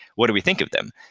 what do we think of them?